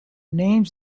names